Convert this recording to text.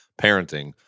parenting